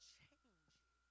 change